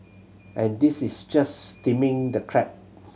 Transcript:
and this is just steaming the crab